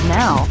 now